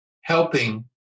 helping